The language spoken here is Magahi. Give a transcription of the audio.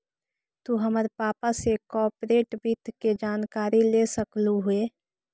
तु हमर पापा से कॉर्पोरेट वित्त के जानकारी ले सकलहुं हे